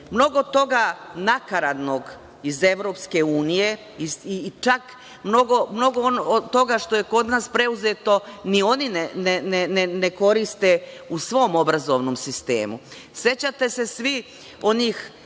toga nakaradnog iz EU i čak mnogo toga što je kod nas preuzeto ni oni ne koriste u svom obrazovnom sistemu. Sećate se svi onih